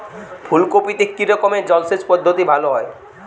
ফুলকপিতে কি রকমের জলসেচ পদ্ধতি ভালো হয়?